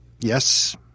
Yes